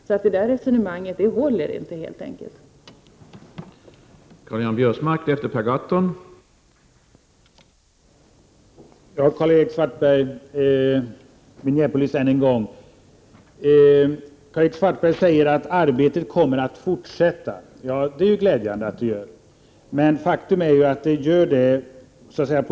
Detta resonemang håller helt enkelt inte.